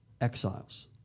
exiles